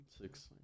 Six